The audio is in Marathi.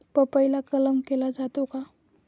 पपईला कलम केला जातो का?